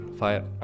fire